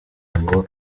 ngo